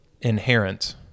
inherent